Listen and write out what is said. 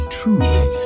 truly